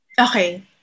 Okay